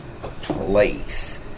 place